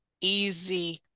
easy